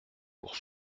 pour